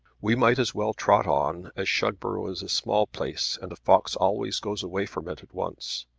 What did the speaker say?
we might as well trot on as shugborough is a small place, and a fox always goes away from it at once.